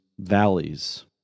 valleys